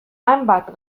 hainbat